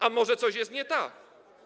A może coś jest nie tak?